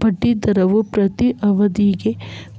ಬಡ್ಡಿ ದರವು ಪ್ರತೀ ಅವಧಿಗೆ